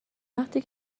وقتی